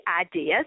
ideas